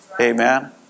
Amen